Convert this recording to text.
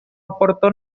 aportó